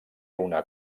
una